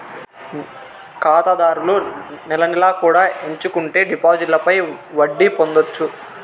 ఖాతాదారులు నెల నెలా కూడా ఎంచుకుంటే డిపాజిట్లపై వడ్డీ పొందొచ్చు